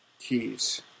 keys